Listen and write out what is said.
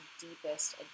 deepest